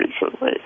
recently